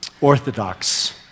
orthodox